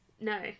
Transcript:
No